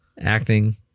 acting